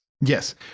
Yes